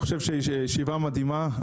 אני חושב שזאת ישיבה מדהימה,